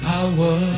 Power